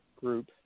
group